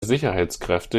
sicherheitskräfte